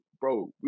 bro